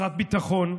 חסרת ביטחון,